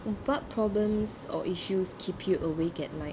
what problems or issues keep you awake at night